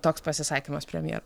toks pasisakymas premjer